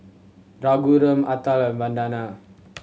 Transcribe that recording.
Raghuram Atal and Vandana